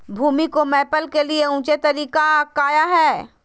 भूमि को मैपल के लिए ऊंचे तरीका काया है?